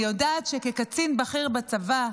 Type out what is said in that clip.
אני יודעת שכקצין בכיר בצבא,